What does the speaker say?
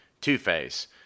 Two-Face